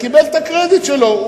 קיבל את הקרדיט שלו.